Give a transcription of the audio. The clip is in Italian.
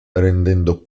rendendo